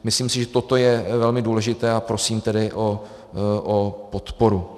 Myslím si, že toto je velmi důležité, a prosím tedy o podporu.